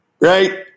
Right